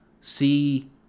See